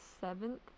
seventh